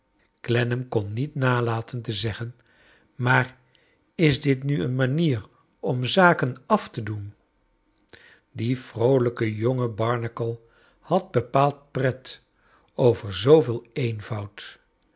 clennam kon niet nalaten te zeggen maar is dit nu een inanier om zaken af te doen die vroolijke jonge barnacle had bepaald pret over zooveel eenvoud